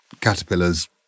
caterpillars